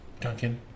Duncan